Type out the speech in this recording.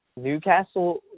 Newcastle